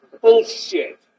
Bullshit